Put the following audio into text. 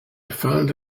found